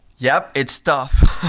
yup, it's stuff.